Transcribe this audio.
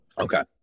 Okay